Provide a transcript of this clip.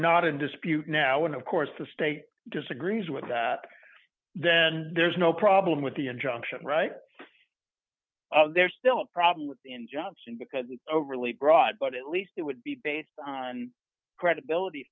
not in dispute now and of course the state disagrees with that then there's no problem with the injunction right there's still a problem with the injunction because the overly broad but at least it would be based on credibility